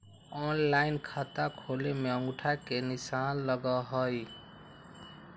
Online खाता खोले में अंगूठा के निशान लगहई?